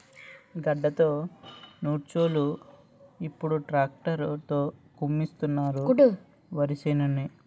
గడ్డతో నూర్చోలు ఇప్పుడు ట్రాక్టర్ తో కుమ్మిస్తున్నారు వరిసేనుని